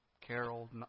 carol